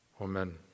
Amen